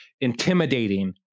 intimidating